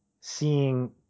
seeing